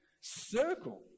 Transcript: circle